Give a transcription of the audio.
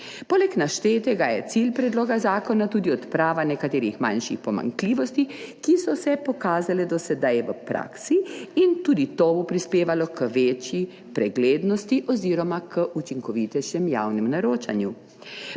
Poleg naštetega je cilj predloga zakona tudi odprava nekaterih manjših pomanjkljivosti, ki so se do sedaj pokazale v praksi in tudi to bo prispevalo k večji preglednosti oziroma k učinkovitejšemu javnemu naročanju.